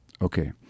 Okay